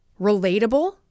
relatable